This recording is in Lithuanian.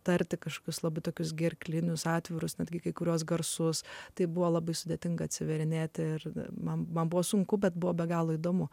tarti kažkokius labai tokius gerklinius atvirus netgi kai kuriuos garsus tai buvo labai sudėtinga atsiveria net ir man man buvo sunku bet buvo be galo įdomu